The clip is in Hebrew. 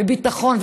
וביטחון,